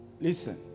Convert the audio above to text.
Listen